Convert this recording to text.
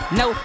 no